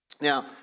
Now